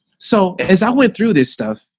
so as i went through this stuff,